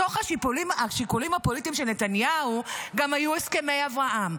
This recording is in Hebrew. מתוך השיקולים הפוליטיים של נתניהו היו גם הסכמי אברהם.